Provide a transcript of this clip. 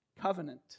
covenant